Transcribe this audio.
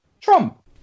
Trump